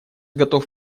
готов